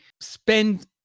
spend